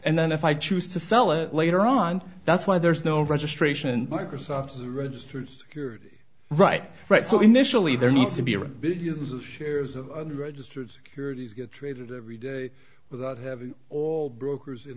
and then if i choose to sell it later on that's why there's no registration and microsoft is a registered security right right so initially there needs to be a billions of shares of registered securities get traded every day without having all brokers in